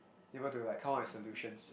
able to like come up with solutions